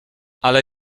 ale